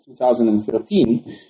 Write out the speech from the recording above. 2013